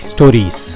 Stories